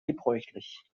gebräuchlich